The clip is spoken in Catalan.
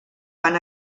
van